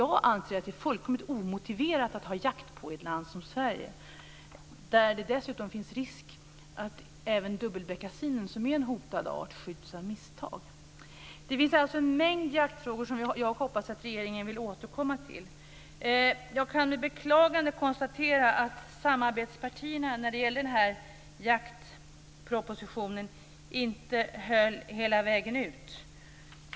Jag anser att det är fullkomligt omotiverat att ha jakt på den i ett land som Sverige. Dessutom finns det risk att även dubbelbeckasinen, som är en hotad art, skjuts av misstag. Det finns alltså en mängd jaktfrågor som jag hoppas att regeringen vill återkomma till. Jag kan med beklagande konstatera att samarbetspartierna inte höll hela vägen ut när det gäller den här jaktpropositionen.